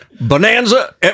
Bonanza